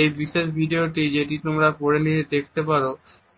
এই বিশেষ ভিডিওটি যেটি তোমরা পড়ে দেখে নিতে পারো